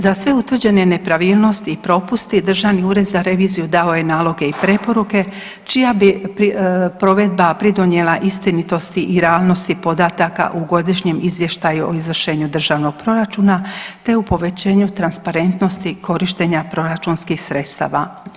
Za sve utvrđene nepravilnosti i propusti Državni ured za reviziju dao je naloge i preporuke čija bi provedba pridonijela istinitosti i realnosti podataka u Godišnjem izvještaju o izvršenju Državnog proračuna, te u povećanju transparentnosti korištenja proračunskih sredstava.